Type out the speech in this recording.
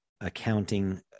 accounting